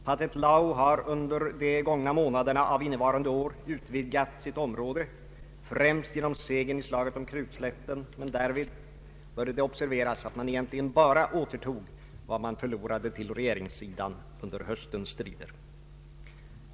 Pathet Lao har under de gångna månaderna av innevarande år utvidgat sitt område, främst genom segern i slaget om Krukslätten, men därvid bör det observeras att man egentligen bara återtog vad man förlorade till regeringssidan under höstens strider.